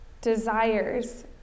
desires